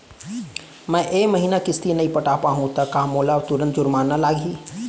मैं ए महीना किस्ती नई पटा पाहू त का मोला तुरंत जुर्माना लागही?